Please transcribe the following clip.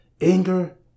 anger